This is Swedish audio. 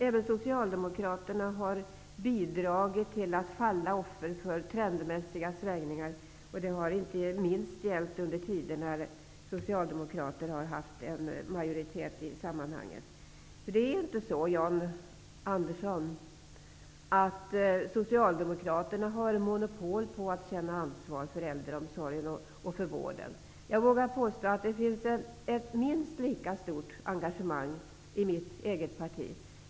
Även Socialdemokraterna har fallit offer för trendmässiga svängningar, inte minst under den tid då Socialdemokraterna har haft en majoritet. Det är inte så, Jan Andersson, att Socialdemokraterna har monopol på att känna ansvar för äldreomsorgen och för vården. Jag vågar påstå att det finns ett minst lika stort engagemang i mitt parti.